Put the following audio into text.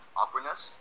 awkwardness